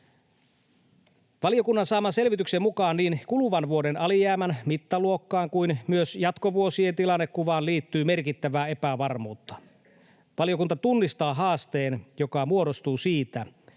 Valiokunnan saaman selvityksen mukaan niin kuluvan vuoden alijäämän mittaluokkaan kuin myös jatkovuosien tilannekuvaan liittyy merkittävää epävarmuutta. Valiokunta tunnistaa haasteen, joka muodostuu siitä,